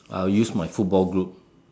I'll use my football group